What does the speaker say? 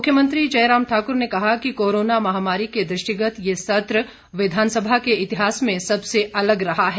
मुख्यमंत्री जयराम ठाक्र ने कहा कि कोरोना महामारी के दृष्टिगत ये सत्र विधानसभा के इतिहास में सबसे अलग रहा है